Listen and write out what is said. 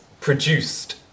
produced